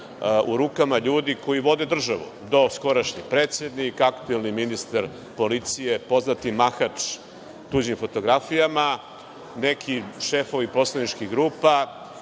u rukama ljudi koje vode državu. Do skorašnji predsednik, aktuelni ministar policije, poznati mahač tuđim fotografijama, neki šefovi poslaničkih grupa,